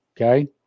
okay